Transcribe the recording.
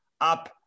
up